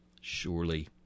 Surely